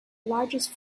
largest